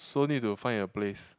so need to find a place